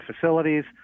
facilities